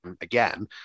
Again